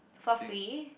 for free